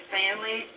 family